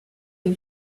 who